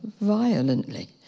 violently